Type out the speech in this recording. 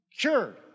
cured